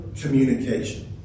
communication